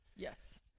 Yes